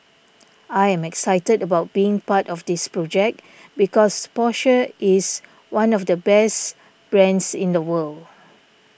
I am excited about being part of this project because Porsche is one of the best brands in the world